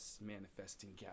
manifesting